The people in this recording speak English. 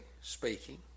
speaking